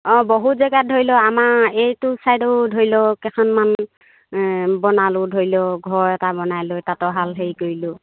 অঁ বহুত জেগাত ধৰি লওক আমাৰ এইটো ছাইডেও ধৰি লওক কেইখনমান বনালোঁ ধৰি লওক ঘৰ এটা বনাই লৈ তাঁতৰ শাল হেৰি কৰিলোঁ